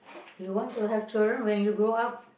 you want to have children when you grow up